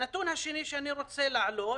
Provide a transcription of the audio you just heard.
הנתון השני שאני רוצה להציג,